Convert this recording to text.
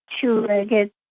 two-legged